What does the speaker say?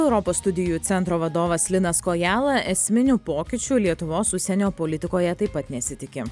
europos studijų centro vadovas linas kojala esminių pokyčių lietuvos užsienio politikoje taip pat nesitiki